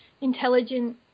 intelligent